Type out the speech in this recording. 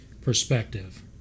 perspective